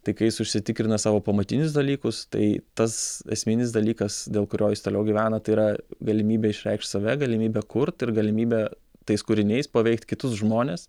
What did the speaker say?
tai kai jis užsitikrina savo pamatinius dalykus tai tas esminis dalykas dėl kurio jis toliau gyvena tai yra galimybė išreikšt save galimybė kurt ir galimybė tais kūriniais paveikt kitus žmones